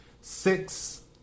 six